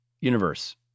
universe